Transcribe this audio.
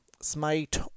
Smite